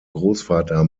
großvater